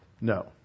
No